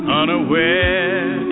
unaware